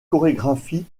chorégraphie